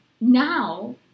Now